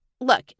look